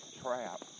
trap